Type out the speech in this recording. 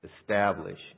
establish